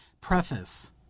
Preface